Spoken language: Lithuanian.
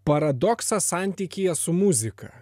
paradoksas santykyje su muzika